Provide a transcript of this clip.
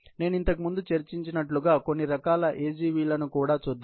నేను ఇంతకుముందు చర్చించినట్లుగా కొన్ని రకాల AGV లను కూడా చూద్దాం